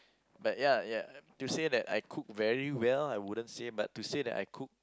but ya ya to say that I cook very well I wouldn't say but to say that I cook